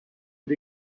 but